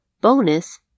Bonus